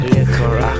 Liquor